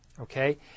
okay